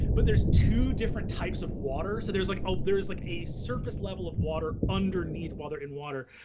but there's two different types of water? so there's like ah there's like a surface level of water underneath water in water.